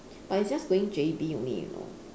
but it's just going J_B only you know